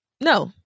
No